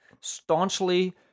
staunchly